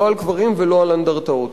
לא על קברים ולא על אנדרטאות.